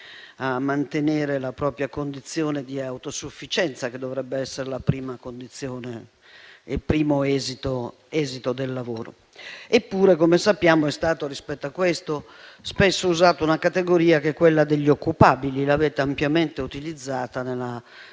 a mantenere la propria condizione di autosufficienza, che dovrebbe essere la prima condizione e il primo esito del lavoro. Eppure, come sappiamo, rispetto a questo è stata spesso usata la categoria degli occupabili, che avete ampiamente utilizzato nella cosiddetta